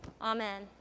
Amen